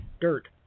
dirt